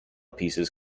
pieces